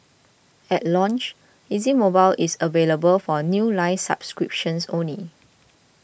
at launch Easy Mobile is available for new line subscriptions only